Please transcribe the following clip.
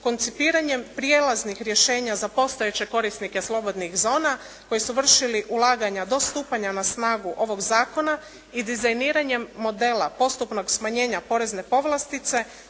koncipiranjem prijelaznih rješenja za postojeće korisnike slobodnih zona koji su vršili ulaganja do stupanja na snagu ovog zakona i dizajniranjem modela postupnog smanjenja porezne povlastice,